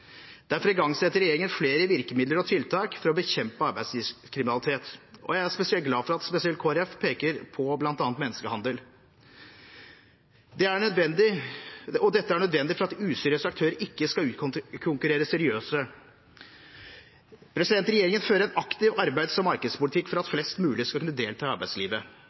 Derfor igangsetter regjeringen flere virkemidler og tiltak for å bekjempe arbeidslivskriminalitet. Jeg er glad for at spesielt Kristelig Folkeparti peker på bl.a. menneskehandel. Dette er nødvendig for at useriøse aktører ikke skal utkonkurrere seriøse. Regjeringen fører en aktiv arbeids- og velferdspolitikk for at flest mulig skal kunne delta i arbeidslivet.